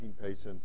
patients